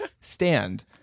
stand